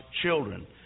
children